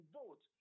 vote